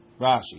Rashi